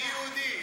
אני יהודי.